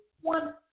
one